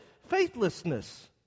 faithlessness